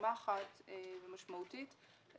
צומחת ומשמעותית,